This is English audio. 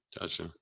Gotcha